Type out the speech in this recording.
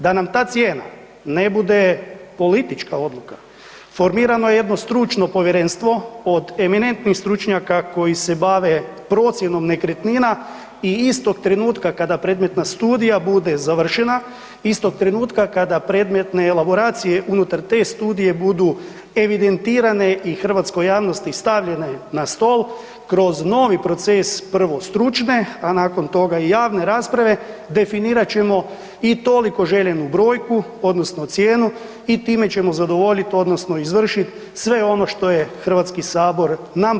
Da nam ta cijena ne bude politička odluka formirano je jedno stručno povjerenstvo od eminentnih stručnjaka koji se bave procjenom nekretnina i istog trenutka kada predmetna studija bude završena, istog trenutka kada predmetne elaboracije unutar te studije budu evidentirane i hrvatskoj javnosti stavljene na stol, kroz novi proces prvo stručne, a nakon toga i javne rasprave definirat ćemo i toliko željenu brojku odnosno cijenu i time ćemo zadovoljit odnosno izvršit sve ono što je HS nam postavio kao zadatak.